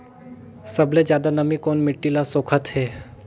सबले ज्यादा नमी कोन मिट्टी ल सोखत हे?